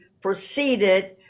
proceeded